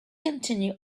continue